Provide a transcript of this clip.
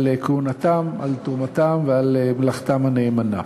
על כהונתם, על תרומתם ועל מלאכתם הנאמנה.